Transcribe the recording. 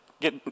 get